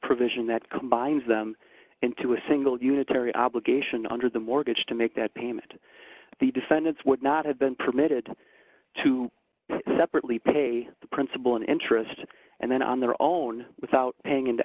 provision that combines them into a single unitary obligation under the mortgage to make that payment the defendants would not have been permitted to separately pay the principal in interest and then on their own without paying into